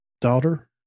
daughter